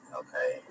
okay